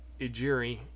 Ijiri